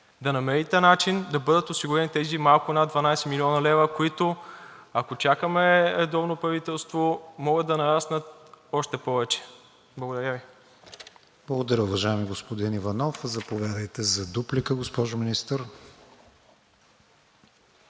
да намерите начин да бъдат осигурени тези малко над 12 млн. лв., които, ако чакаме редовно правителство, могат да нараснат още повече? Благодаря Ви. ПРЕДСЕДАТЕЛ КРИСТИАН ВИГЕНИН: Благодаря, уважаеми господин Иванов. Заповядайте за дуплика, госпожо Министър.